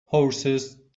horses